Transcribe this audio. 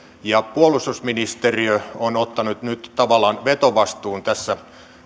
puolustusministeriö on ottanut nyt tavallaan vetovastuun tässä